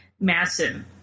massive